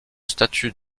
statue